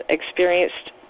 experienced